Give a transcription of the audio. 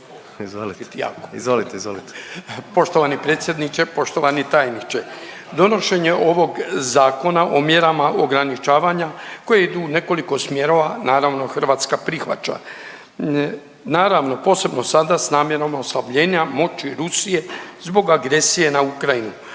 Ivan (HDZ)** Poštovani predsjedniče, poštovani tajniče. Donošenje ovog zakona o mjerama ograničavanja koje idu u nekoliko smjerova, naravno Hrvatska prihvaća. Naravno, posebno sada s namjerom oslabljenja moći Rusije zbog agresije na Ukrajinu.